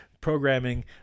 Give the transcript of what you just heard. programming